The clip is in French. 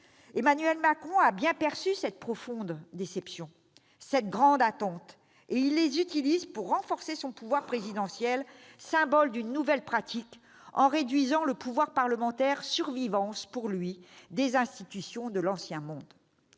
Emmanuel Macron a bien perçu cette profonde déception, cette grande attente, et il les utilise pour renforcer son pouvoir présidentiel, symbole d'une nouvelle pratique, en réduisant le pouvoir parlementaire, survivance pour lui des institutions de l'ancien monde.